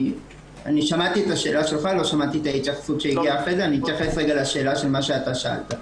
אתייחס רגע לשאלה ששאלת.